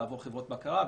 לעבור חברות בקרה,